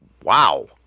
Wow